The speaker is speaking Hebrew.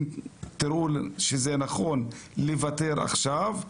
אם תראו שנכון לוותר עכשיו,